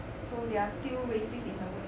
so they are still racist in a way